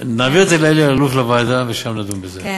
נעביר את זה לאלי אלאלוף לוועדה ושם נדון בזה,